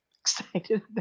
excited